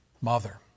mother